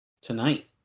tonight